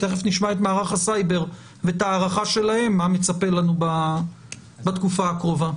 תכף נשמע את מערך הסייבר ואת ההערכה שלהם מה מצפה לנו בתקופה הקרובה.